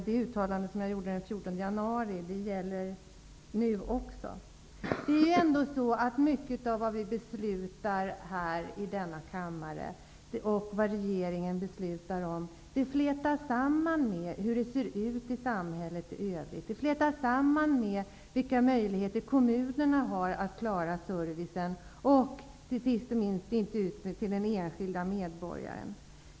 Det uttalande som jag gjorde den 14 Mycket av vad vi beslutar här i denna kammare och vad regeringen beslutar om flätas samman med hur det ser i i samhället i övrigt, med vilka möjligheter kommunerna har att klara servicen, inte minst till den enskilde medborgaren.